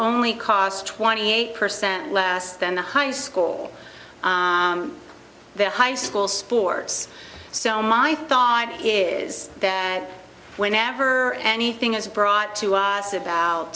only cost twenty eight percent less than the high school the high school sports so my thought is that whenever anything is brought to us about